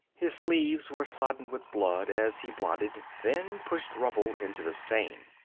his sleeves were sodden with blood as he blotted, then pushed rubble into the stain.